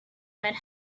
might